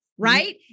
Right